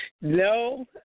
No